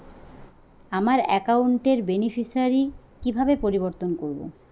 আমার অ্যাকাউন্ট র বেনিফিসিয়ারি কিভাবে পরিবর্তন করবো?